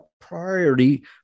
priority